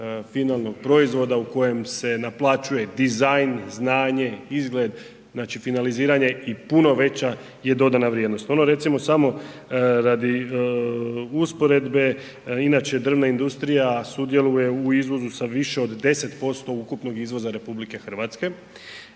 finalnog proizvoda u kojem se naplaćuje dizajn, znanje, izgled, znači finaliziranje i puno veća je dodana vrijednost. Ono recimo samo radi usporedbe inače drvna industrija sudjeluje u izvozu sa više od 10% ukupnog izvoza RH a